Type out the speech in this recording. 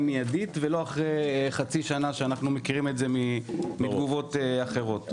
מיידית ולא אחרי חצי שנה כפי שאנחנו מכירים את זה מתגובות אחרות.